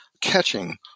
catching